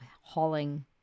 hauling